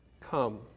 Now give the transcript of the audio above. come